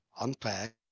unpack